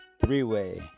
three-way